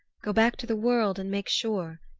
go back to the world and make sure.